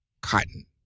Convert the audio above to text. cotton